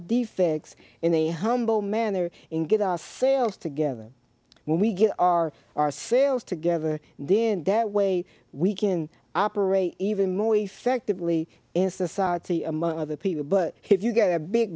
defects in a humble manner in get our sales together when we get our our sales together then that way we can operate even more effectively in society among other people but if you get a big